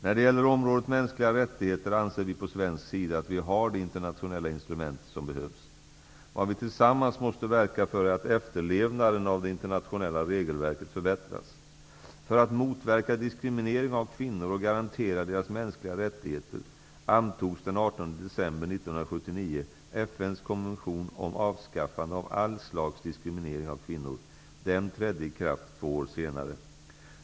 När det gäller området mänskliga rättigheter anser vi på svensk sida att vi har de internationella instrument som behövs. Vad vi tillsammans måste verka för är att efterlevnaden av det internationella regelverket förbättras. december 1979 FN:s konvention om avskaffande av all slags diskriminering av kvinnor. Den trädde i kraft två år senare.